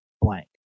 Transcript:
blank